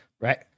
Right